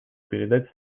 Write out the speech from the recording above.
передать